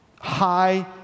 high